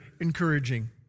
encouraging